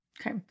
Okay